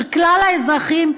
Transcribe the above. של כלל האזרחים,